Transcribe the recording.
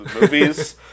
movies